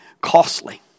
costly